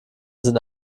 sind